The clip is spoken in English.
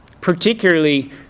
Particularly